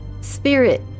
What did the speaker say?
Spirit